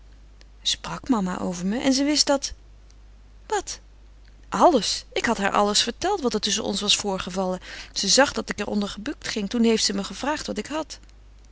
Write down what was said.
sprak mama over me en ze wist dat wat alles ik had haar alles verteld wat er tusschen ons was voorgevallen ze zag dat ik er onder gebukt ging toen heeft ze me gevraagd wat ik had